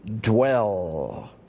dwell